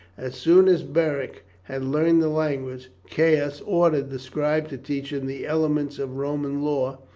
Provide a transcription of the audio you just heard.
as soon as beric had learned the language, caius ordered the scribe to teach him the elements of roman law,